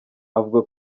avuga